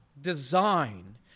design